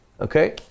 Okay